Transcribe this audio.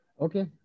Okay